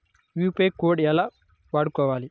UPI code ఎలా వాడుకోవాలి?